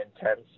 intense